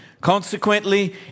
Consequently